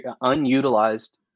unutilized